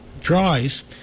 dries